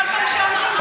כל פעם שאומרים,